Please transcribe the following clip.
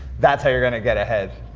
that's how you're gonna get ahead.